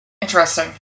interesting